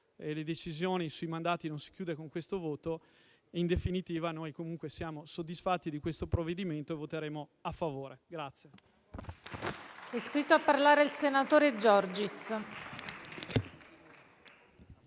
Le decisioni sui mandati non si chiudono con questo voto. In definitiva, noi siamo comunque soddisfatti di questo provvedimento e voteremo a favore.